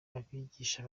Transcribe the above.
abigisha